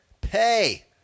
pay